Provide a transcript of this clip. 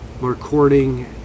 recording